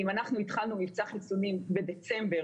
אם אנחנו התחלנו מבצע חיסונים בדצמבר,